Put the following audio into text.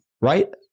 Right